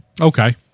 Okay